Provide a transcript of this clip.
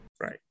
Right